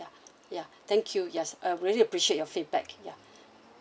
ya ya thank you yes we really appreciate your feedback ya